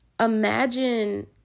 Imagine